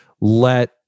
let